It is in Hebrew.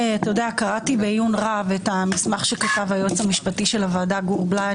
קראתי בעיון רב את המסמך שכתב היועץ המשפטי של הוועדה גור בליי.